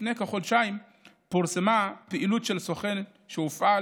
לפני כחודשיים פורסמה פעילות של סוכן שהופעל